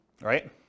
right